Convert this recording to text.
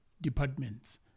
departments